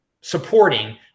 supporting